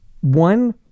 one